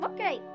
Okay